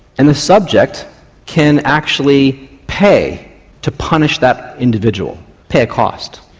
and the subject can actually pay to punish that individual, pay a cost.